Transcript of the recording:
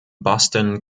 boston